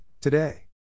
today